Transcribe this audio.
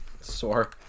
sore